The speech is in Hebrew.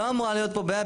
לא אמורה להיות פה בעיה.